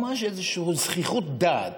ממש איזושהי זחיחות דעת